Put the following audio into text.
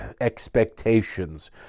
expectations